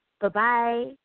Bye-bye